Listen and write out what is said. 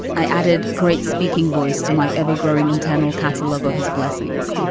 i added great speaking voice to my ever growing internal catalog of his blessings.